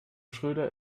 schröder